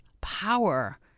power